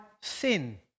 sin